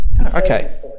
Okay